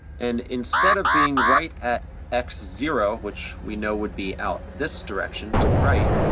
and instead of being right at x zero, which we know would be out this direction to the right,